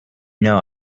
know